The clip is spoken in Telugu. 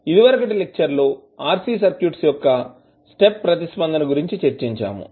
ఇదివరకటి లెక్చర్ లో RC సర్క్యూట్స్ యొక్క స్టెప్ ప్రతిస్పందన గురించి చర్చించాము